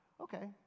Okay